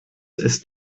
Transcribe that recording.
ist